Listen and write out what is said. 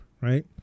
right